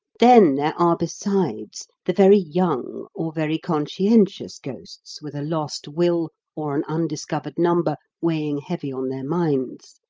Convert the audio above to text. then there are, besides, the very young, or very conscientious ghosts with a lost will or an undiscovered number weighing heavy on their minds,